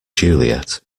juliet